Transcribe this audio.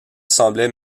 semblait